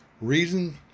Reason